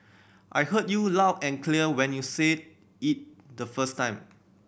I heard you loud and clear when you said it the first time